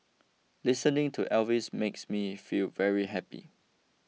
listening to Elvis makes me feel very happy